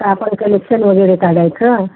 आता आपण कलेक्शन वगैरे काढायचं